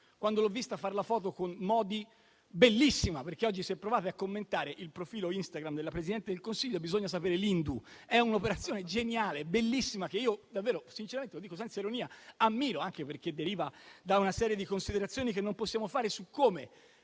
quando l'ho vista fare la foto con Modi, bellissima. Oggi, per provare a commentare il profilo Instagram della Presidente del Consiglio, bisogna sapere l'hindu: è un'operazione geniale, bellissima, che davvero ammiro e lo dico sinceramente, senza ironia, anche perché deriva da una serie di considerazioni che non possiamo fare su come